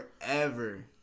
forever